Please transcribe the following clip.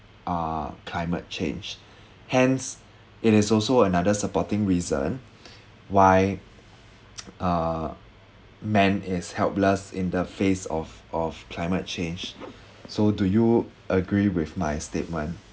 uh climate change hence it is also another supporting reason why uh man is helpless in the face of of climate change so do you agree with my statement